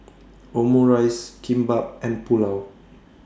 Omurice Kimbap and Pulao